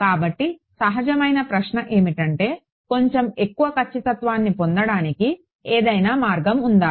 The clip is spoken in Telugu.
కాబట్టి సహజమైన ప్రశ్న ఏమిటంటే కొంచెం ఎక్కువ ఖచ్చితత్వాన్ని పొందడానికి ఏదైనా మార్గం ఉందా